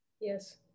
Yes